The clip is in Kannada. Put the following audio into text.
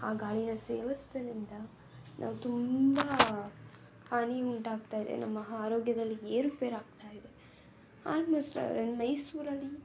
ಆ ಗಾಳೀನ ಸೇವಿಸೋದ್ರಿಂದ ನಾವು ತುಂಬ ಹಾನಿ ಉಂಟಾಗ್ತಾಯಿದೆ ನಮ್ಮ ಆರೋಗ್ಯದಲ್ಲಿ ಏರುಪೇರು ಆಗ್ತಾಯಿದೆ ಆಲ್ಮೋಸ್ಟ್ ಮೈಸೂರಲ್ಲಿ